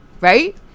Right